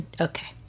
Okay